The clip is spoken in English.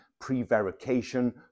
prevarication